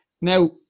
Now